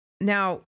Now